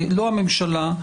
לא הממשלה,